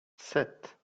sept